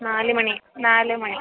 നാല് മണി നാല് മണി